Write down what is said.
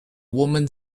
woman